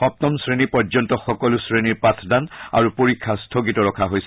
সপ্তম শ্ৰেণী পৰ্যন্ত সকলো শ্ৰেণীৰ পাঠদান আৰু পৰীক্ষা স্থগিত ৰখা হৈছে